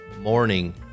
morning